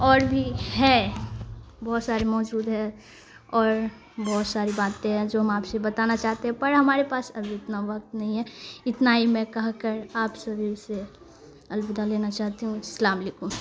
اور بھی ہیں بہت سارے موجود ہے اور بہت ساری باتیں ہیں جو ہم آپ سے بتانا چاہتے ہیں پر ہمارے پاس اب اتنا وقت نہیں ہے اتنا ہی میں کہہ کر آپ سبھی سے الودہ لینا چاہتی ہوں اسلام وعلیکم